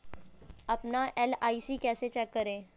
अपना एल.आई.सी कैसे चेक करें?